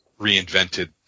reinvented